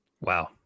Wow